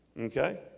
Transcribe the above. Okay